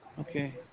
Okay